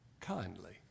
kindly